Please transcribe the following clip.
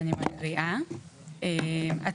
אני מקריאה את הנוסח המתוקן שפורסם באתר.